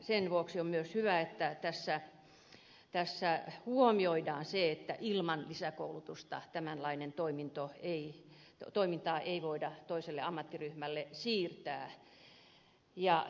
sen vuoksi on myös hyvä että tässä huomioidaan se että ilman lisäkoulutusta tämänlaista toimintaa ei voida toiselle ammattiryhmälle siirtää